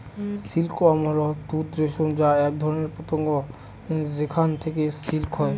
silk worm হল তুঁত রেশম যা এক ধরনের পতঙ্গ যেখান থেকে সিল্ক হয়